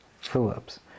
Phillips